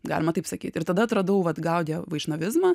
galima taip sakyti ir tada atradau vat gaudija vaišnavizmą